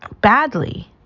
badly